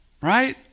right